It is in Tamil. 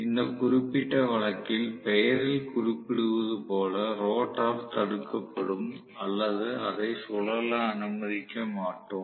இந்த குறிப்பிட்ட வழக்கில் பெயரில் குறிப்பிடுவது போல ரோட்டார் தடுக்கப்படும் அல்லது அதை சுழல அனுமதிக்க மாட்டோம்